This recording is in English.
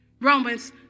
Romans